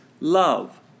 love